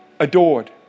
adored